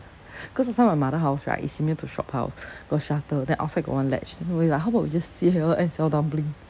cause last time my mother house right is similar to shophouse got shutter then outside got one latch then always like how about we sit here and sell dumpling